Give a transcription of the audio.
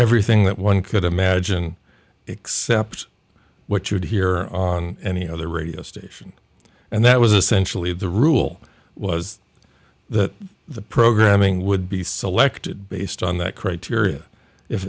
everything that one could imagine except what you would hear on any other radio station and that was essentially the rule was that the programming would be selected based on that criteria if